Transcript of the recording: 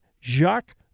Jacques